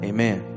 Amen